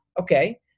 okay